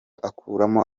akuramo